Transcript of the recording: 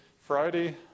Friday